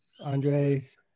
Andres